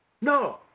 No